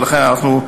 ולכן אנחנו,